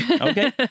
Okay